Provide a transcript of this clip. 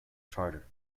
charter